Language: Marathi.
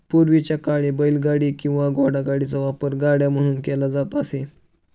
पूर्वीच्या काळी बैलगाडी किंवा घोडागाडीचा वापर गाड्या म्हणून केला जात असे